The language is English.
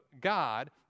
God